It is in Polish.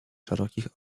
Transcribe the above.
szerokich